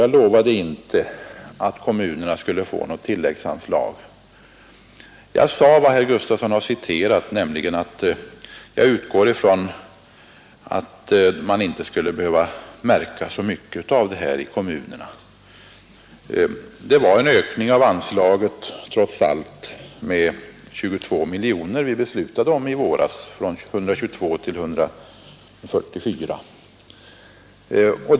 Jag lovade inte kommunerna något tilläggsanslag utan sade vad herr Gustafson nyss citerade, nämligen att jag utgår från att man inte skulle behöva märka så mycket av det här i kommunerna. Vi beslutade trots allt i våras om en ökning av anslaget med 22 miljoner kronor, från 122 miljoner till 144 miljoner kronor.